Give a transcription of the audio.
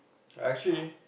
I actually